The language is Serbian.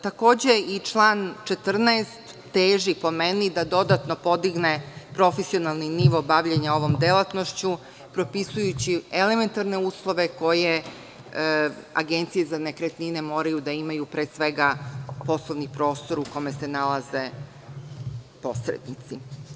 Takođe, član 14. teži, po meni, da dodatno podigne profesionalni nivo bavljenja ovom delatnošću, propisujući elementarne uslove koje agencije za nekretnine moraju da imaju, pre svega poslovni prostor u kome se nalaze posrednici.